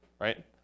right